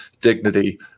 dignity